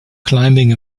climbing